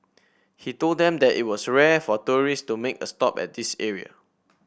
he told them that it was rare for tourists to make a stop at this area